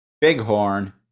Bighorn